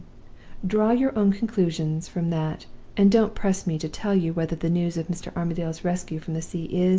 draw your own conclusions from that and don't press me to tell you whether the news of mr. armadale's rescue from the sea is,